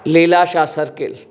Lilashah circle